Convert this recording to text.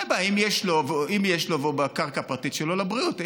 אם יש לו והוא בקרקע הפרטית שלו, לבריאות.